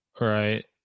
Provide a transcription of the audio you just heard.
Right